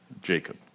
Jacob